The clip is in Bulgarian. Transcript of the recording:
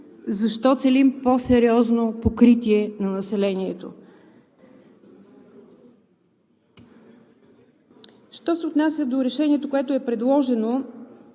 защо целим по-сериозно покритие на населението. Що се отнася до решението, което е предложено,